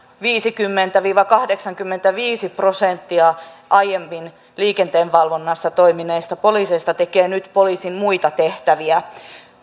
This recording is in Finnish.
viisikymmentä viiva kahdeksankymmentäviisi prosenttia aiemmin liikenteenvalvonnassa toimineista poliiseista tekee nyt poliisin muita tehtäviä